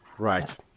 Right